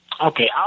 Okay